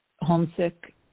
homesick